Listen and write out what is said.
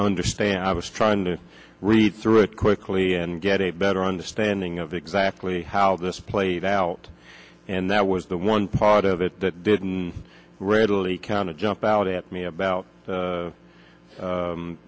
understand i was trying to read through it quickly and get a better understanding of exactly how this played out and that was the one part of it that didn't readily counted jumped out at me about